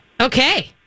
Okay